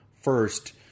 first